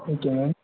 okay ma'am